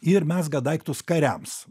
ir mezga daiktus kariams